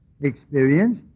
experience